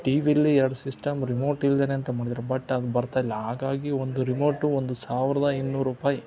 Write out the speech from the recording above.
T ವಿಯಲ್ಲಿ ಎರಡು system remote ಇಲ್ದೆನೆ ಅಂತ ಮಾಡಿದಾರೆ ಬಟ್ ಹಂಗೇ ಬರ್ತಾ ಇಲ್ಲ ಹಾಗಾಗಿ ಒಂದು ರಿಮೋಟು ಒಂದು ಸಾವಿರದ ಇನ್ನೂರು ರೂಪಾಯಿ